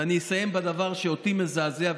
ואני אסיים בדבר שאותי מזעזע,